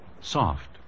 Soft